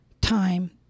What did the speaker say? time